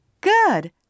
Good